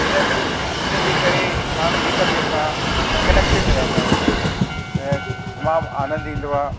हिन हिनजे करे माण्हू हिकु ॿिए सां कनेक्टेड रहंदा आहिनि त तमामु आनंद ईंदो आहे